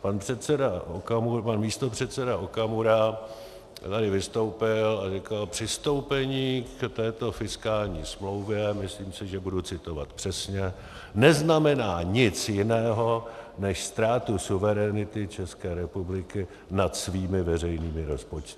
Pan místopředseda Okamura tady vystoupil a říkal: přistoupení k této fiskální smlouvě, myslím si, že budu citovat přesně, neznamená nic jiného než ztrátu suverenity České republiky nad svými veřejnými rozpočty.